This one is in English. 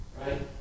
right